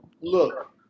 look